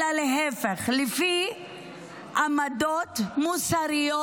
אלא להפך, לפי עמדות מוסריות,